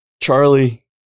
Charlie